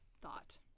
thought